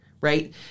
Right